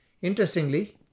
Interestingly